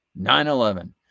9-11